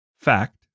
Fact